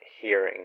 hearing